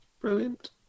Brilliant